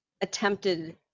attempted